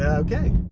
ah okay.